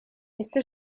este